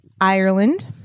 Ireland